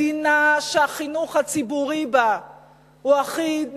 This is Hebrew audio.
מדינה שהחינוך הציבורי בה הוא אחיד,